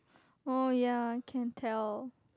orh ya can tell